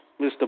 Mr